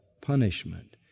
punishment